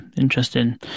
Interesting